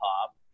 pop